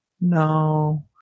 No